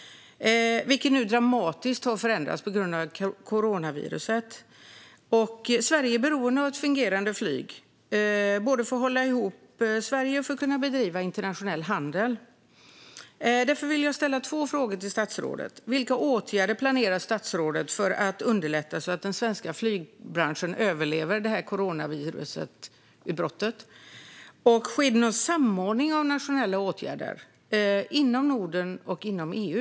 Det har nu förändrats dramatiskt på grund av coronaviruset. Sverige är beroende av fungerande flyg, både för att hålla ihop Sverige och för att kunna bedriva internationell handel. Därför vill jag ställa två frågor till statsrådet. Vilka åtgärder planerar statsrådet att vidta för att underlätta för den svenska flygbranschen så att den överlever coronautbrottet? Och sker det någon samordning av åtgärder inom Norden och inom EU?